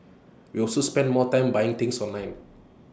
we also spend more time buying things online